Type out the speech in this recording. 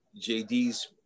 JD's